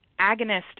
agonist